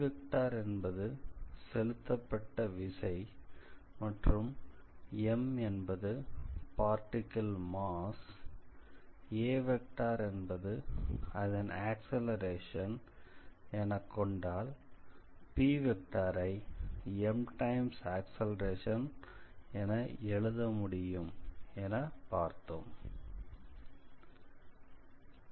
P என்பது செலுத்தப்பட்ட விசை மற்றும் m என்பது பார்ட்டிகிள் மாஸ் a என்பது அதன் ஆக்ஸலரேஷன் எனக் கொண்டால் P ஐ m x ஆக்ஸலரேஷன் என எழுத முடியும் என பார்த்தோம்